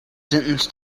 sentence